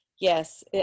yes